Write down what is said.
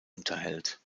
unterhält